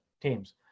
teams